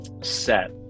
set